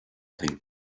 thing